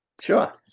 Sure